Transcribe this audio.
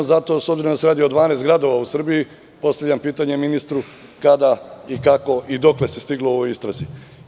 S obzirom da se radi o 12 gradova u Srbiji, postavljam pitanje ministru – kada, kako i dokle se stiglo u ovoj istrazi?